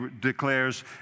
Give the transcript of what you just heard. declares